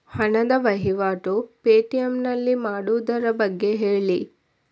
ಹಣದ ವಹಿವಾಟು ಪೇ.ಟಿ.ಎಂ ನಲ್ಲಿ ಮಾಡುವುದರ ಬಗ್ಗೆ ಹೇಳಿ